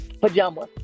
pajamas